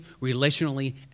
relationally